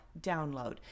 download